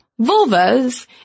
vulvas